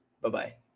Bye-bye